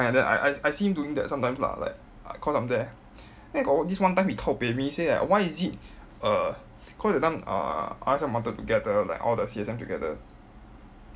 that kind then I I I see him doing that sometimes lah like cause I'm there then got this one time he kao peh me say like why is it err cause that time uh R_S_M wanted to gather like all the C_S_M together